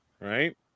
right